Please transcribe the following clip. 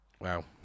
Wow